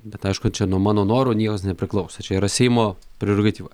bet aišku čia nuo mano norų niekas nepriklauso čia yra seimo prerogatyva